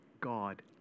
God